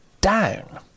down